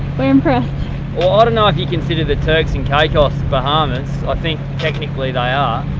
we're impressed well, i don't know if you consider the turks and caicos bahamas. i think technically they are.